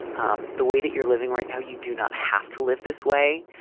um the way that you're living right now, you do not have to live this way.